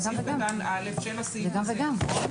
סעיף קטן (א) של הסעיף הזה מדבר